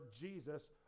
Jesus